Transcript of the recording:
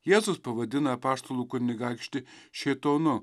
jėzus pavadina apaštalų kunigaikštį šėtonu